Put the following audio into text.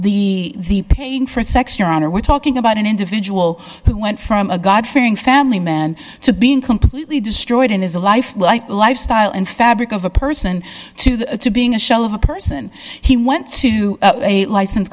the paying for sex your honor we're talking about an individual who went from a god fearing family man to being completely destroyed and is a life like lifestyle and fabric of a person to the to being a shell of a person he went to a licensed